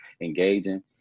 engaging